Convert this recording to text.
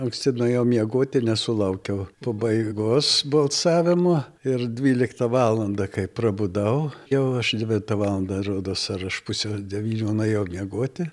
anksti nuėjau miegoti nesulaukiau pabaigos balsavimo ir dvyliktą valandą kai prabudau jau aš devintą valandą rodos ar aš pusę devynių nuėjau miegoti